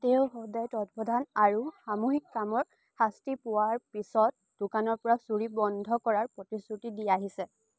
তেওঁ সদায় তত্ত্বাৱধান আৰু সামূহিক কামত শাস্তি পোৱাৰ পিছত দোকানৰ পৰা চুৰি বন্ধ কৰাৰ প্ৰতিশ্ৰুতি দি আহিছে